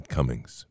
Cummings